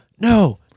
no